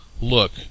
look